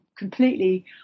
completely